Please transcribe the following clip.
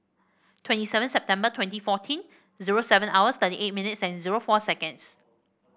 twenty seven September twenty fourteen zero seven hours thirty eight minutes and zero four seconds